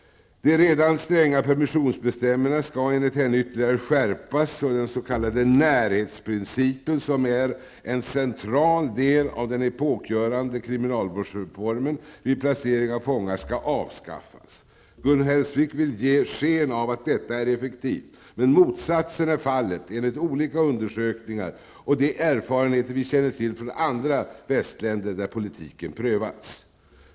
De redan stränga permissions bestämmelserna skall enligt henne ytterligare skärpas och den s.k. närhetsprincipen, som är en central del av den epokgörande kriminalvårdsreformen vid placering av fångar, skall avskaffas. Gun Hellsvik vill ge sken av att detta är effektivt. Men motsatsen är fallet enligt olika undersökningar och de erfarenheter vi känner till från andra västländer där politiken har prövats.